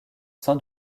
sein